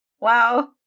Wow